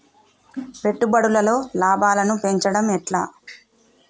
పెట్టుబడులలో లాభాలను పెంచడం ఎట్లా?